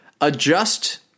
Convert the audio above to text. adjust